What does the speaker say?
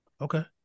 okay